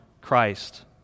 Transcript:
Christ